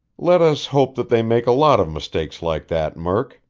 let us hope that they make a lot of mistakes like that, murk,